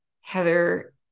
Heather